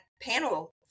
panel